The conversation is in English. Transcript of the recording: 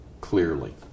clearly